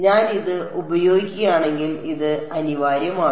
ഞാൻ ഇത് ഉപയോഗിക്കുകയാണെങ്കിൽ ഇത് അനിവാര്യമാണ്